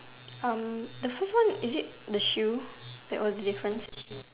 um the first one is it the shoe that was different